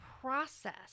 process